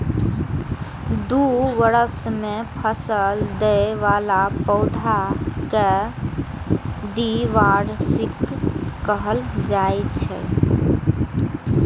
दू बरस मे फल दै बला पौधा कें द्विवार्षिक कहल जाइ छै